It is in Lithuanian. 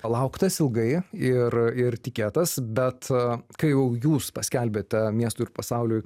lauktas ilgai ir ir tikėtas bet kai jau jūs paskelbėte miestui ir pasauliui